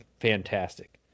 fantastic